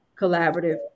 Collaborative